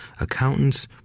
accountants